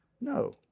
No